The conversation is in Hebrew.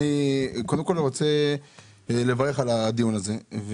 קודם כל, אני רוצה לברך על הדיון הזה.